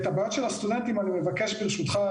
את הבעיות של הסטודנטים אני אתן ליורי להציג.